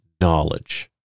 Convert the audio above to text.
knowledge